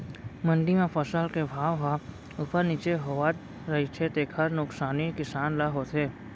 मंडी म फसल के भाव ह उप्पर नीचे होवत रहिथे तेखर नुकसानी किसान ल होथे